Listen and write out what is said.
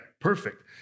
perfect